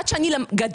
עד שאני גדלתי,